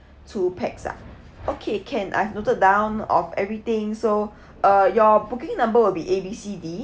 two pax uh okay can I noted down of everything so uh your booking number will be A B C D